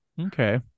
Okay